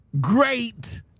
great